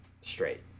straight